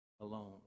alone